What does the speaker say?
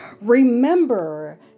Remember